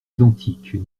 identiques